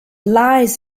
lies